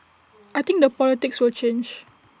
I think the politics will change